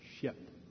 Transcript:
ship